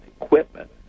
equipment